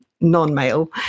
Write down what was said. non-male